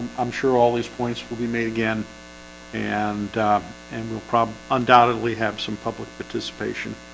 i'm sure all these points will be made again and and we'll problem undoubtedly have some public participation